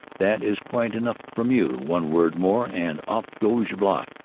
that is quite enough from you one word more and off goes your block,